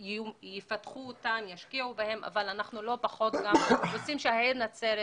יפותחו וישקיעו בהן אבל לא פחות אנחנו רוצים שכך יהיה לגבי העיר נצרת,